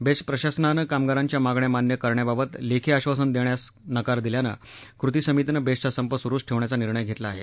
best प्रशासनानं कामगारांच्या मागण्या मान्य करण्याबाबत लेखी आश्वासन देण्यास नकार दिल्यानं कृती समितीनं बेस्टचा संप सुरूच ठेवण्याचा निर्णय घेतला आहे